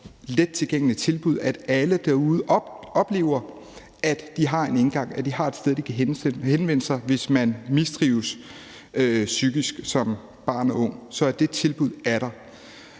lettilgængeligt tilbud, og at alle derude oplever, at der er en indgang, altså at man har et sted, man kan henvende sig, hvis man mistrives psykisk som barn og ung, og at det tilbud om at